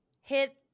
Hit